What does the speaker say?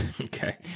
Okay